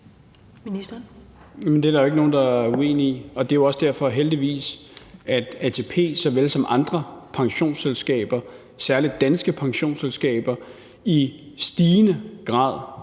Det er der jo ikke nogen der er uenige i, og det er jo også derfor, heldigvis, at ATP så vel som andre pensionsselskaber, særlig danske pensionsselskaber, i stigende grad